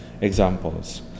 examples